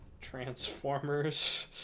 transformers